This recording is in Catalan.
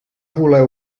voler